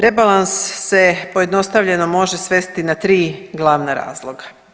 Rebalans se pojednostavljeno, može svesti na 3 glavna razloga.